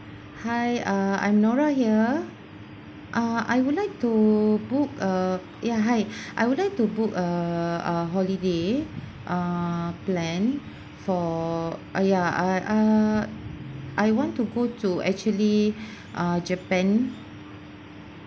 hi uh I'm nora here ah I would like to book a ya hi I would like to book a a holiday ah plan for oh ya I ah I want to go to actually ah japan